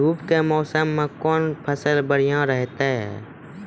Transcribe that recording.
धूप के मौसम मे कौन फसल बढ़िया रहतै हैं?